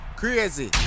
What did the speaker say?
crazy